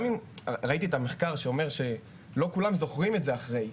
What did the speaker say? ראיתי את המחקר שאומר שלא כולם זוכרים את זה אחרי.